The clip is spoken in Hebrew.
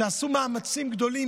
שעשו מאמצים גדולים,